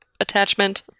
attachment